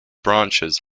branches